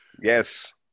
Yes